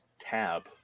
tab